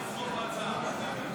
תמוך בהצעה.